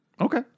Okay